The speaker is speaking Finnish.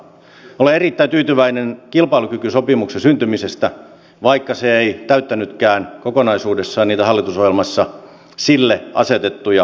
minä olen erittäin tyytyväinen kilpailukykysopimuksen syntymisestä vaikka se ei täyttänytkään kokonaisuudessaan niitä hallitusohjelmassa sille asetettuja tavoitteita